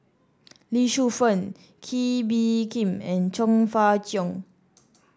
Lee Shu Fen Kee Bee Khim and Chong Fah Cheong